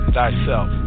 thyself